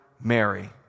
Mary